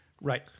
Right